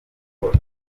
buhoro